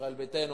מישראל ביתנו,